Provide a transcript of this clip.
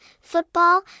football